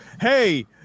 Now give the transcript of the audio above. Hey